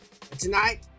Tonight